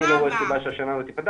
אני לא רואה סיבה שהשנה לא תיפתח,